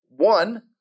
One